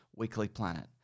weeklyplanet